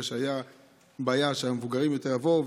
בגלל שהייתה בעיה שמבוגרים יותר יבואו,